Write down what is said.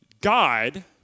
God